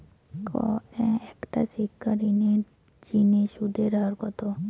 একটা শিক্ষা ঋণের জিনে সুদের হার কত?